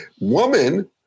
Woman